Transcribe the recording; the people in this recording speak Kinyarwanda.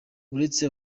uretse